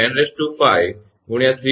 3 આપવામાં આવેલ છે